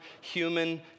human